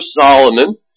Solomon